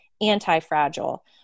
anti-fragile